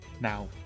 Now